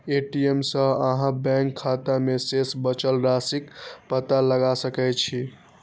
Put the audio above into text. ATM सं अहां bank खाता मे शेष बचल राशिक पता लगा सकै छी